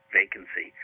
vacancy